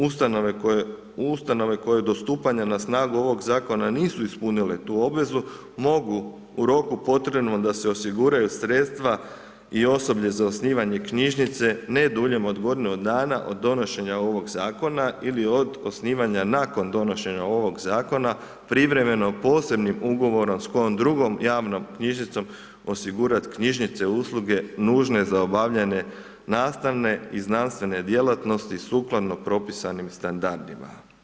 U ustanovama koja do stupanja na snagu ovoga zakona nisu ispunile tu obvezu, mogu u roku potrebnom da se osiguraju sredstva i osoblje za osnivanje knjižnice ne duljem od godinu dana od donošenja ovog zakona ili osnivanja nakon donošenja ovog zakona, privremeno posebnim ugovorom s kojom drugom javnom knjižnicom osigurati knjižnice usluge nužne za obavljanje nastavne i znanstvene djelatnosti sukladno propisanim standardima.